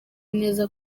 neza